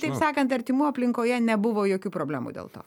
taip sakant artimų aplinkoje nebuvo jokių problemų dėl to